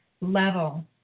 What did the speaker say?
level